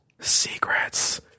Secrets